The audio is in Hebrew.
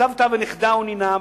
סבתא ונכדה או נינה,